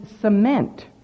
cement